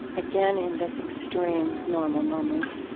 again, in this extreme normal moment,